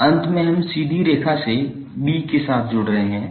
अंत में हम सीधी रेखा से b के साथ जुड़ रहे हैं